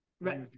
Right